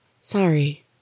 Sorry